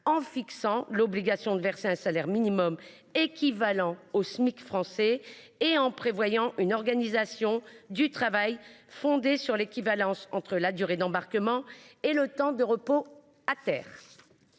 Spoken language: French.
en fixant l'obligation de verser un salaire minimum équivalent au Smic français et en prévoyant une organisation du travail fondée sur l'équivalence entre la durée d'embarquement et le temps de repos à terre.